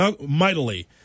mightily